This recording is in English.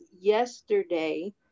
yesterday